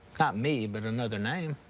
not me, but another name.